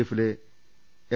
എഫിലെ എം